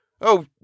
Oh